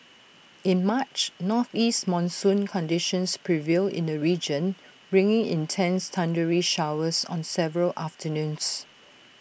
in March northeast monsoon conditions prevailed in the region bringing intense thundery showers on several afternoons